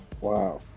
Wow